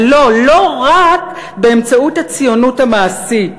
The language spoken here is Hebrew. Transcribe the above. ולא, לא רק באמצעות הציונות המעשית,